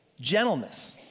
gentleness